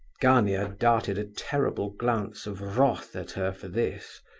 gania darted a terrible glance of wrath at her for this,